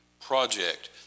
Project